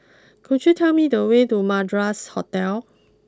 could you tell me the way to Madras Hotel